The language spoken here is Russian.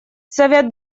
совет